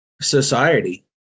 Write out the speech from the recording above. society